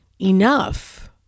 enough